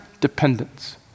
dependence